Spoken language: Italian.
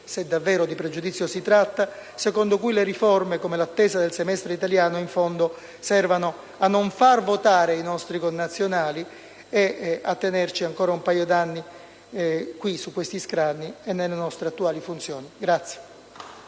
se davvero di pregiudizio si tratta - secondo cui le riforme, come l'attesa del semestre italiano, in fondo servano a non far votare i nostri connazionali e a tenerci ancora un paio d'anni qui, su questi scranni, e nelle nostre attuali funzioni.